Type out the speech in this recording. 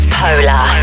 polar